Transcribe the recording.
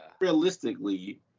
Realistically